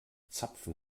zapfen